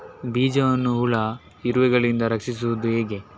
ಬೀಜವನ್ನು ಹುಳ, ಇರುವೆಗಳಿಂದ ರಕ್ಷಿಸುವುದು ಹೇಗೆ?